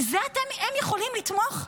בזה הם יכולים לתמוך?